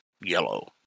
yellow